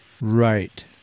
Right